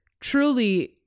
truly